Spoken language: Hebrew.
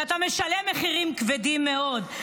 ואתה משלם מחירים כבדים מאוד,